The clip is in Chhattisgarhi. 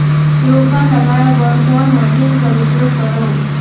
रोपा लगाय बर कोन मशीन कर उपयोग करव?